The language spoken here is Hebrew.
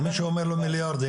מישהו שאומר לו מיליארדים,